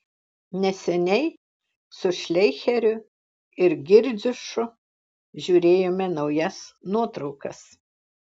neseniai su šleicheriu ir girdziušu žiūrėjome naujas nuotraukas